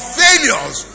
failures